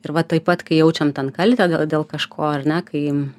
ir vat taip pat kai jaučiam ten kaltę dėl dėl kažko ar ne kai